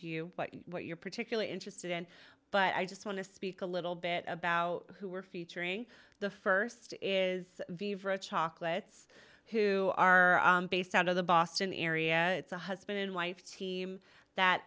you what you're particularly interested in but i just want to speak a little bit about who we're featuring the st is viveur chocolates who are based out of the boston area it's a husband and wife team